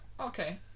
okay